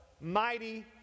mighty